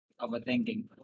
Overthinking